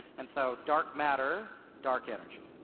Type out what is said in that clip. and so dark matter, dark energy.